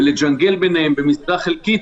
ידע לג'נגל ביניהם במשרה חלקית.